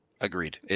Agreed